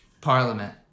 Parliament